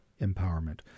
empowerment